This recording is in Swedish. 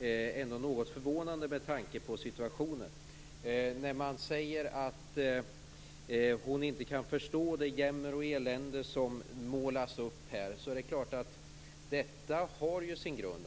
är något förvånande med tanke på situationen. Sylvia Lindgren säger att hon inte kan förstå det jämmer och elände som målas upp. Det har ju sin grund.